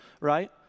right